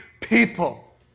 people